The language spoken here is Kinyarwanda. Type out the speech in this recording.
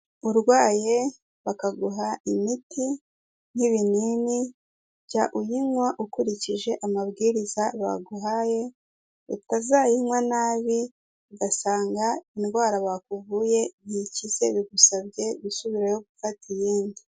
Urwaye bakaguha imiti nk'ibinini jya uyinywa ukurikije amabwiriza baguhaye, utazayinywa nabi ugasanga indwara bakuvuye ntikize bigusabye gusubirayo gufata iyindi.